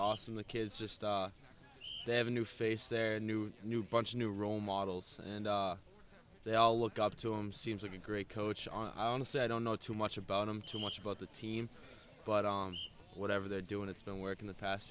awesome the kids just they have a new face their new new bunch new role models and they all look up to him seems like a great coach on the set don't know too much about him too much about the team but whatever they're doing it's been work in the past